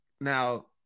Now